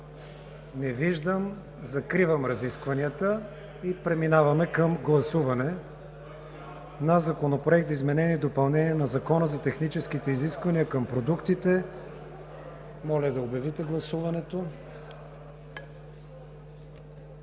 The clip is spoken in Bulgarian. Не виждам. Закривам разискванията. Преминаваме към гласуване на Законопроекта за изменение и допълнение на Закона за техническите изисквания към продуктите. Гласували